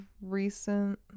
recent